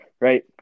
Right